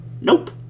Nope